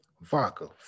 vodka